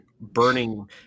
burning